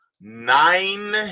Nine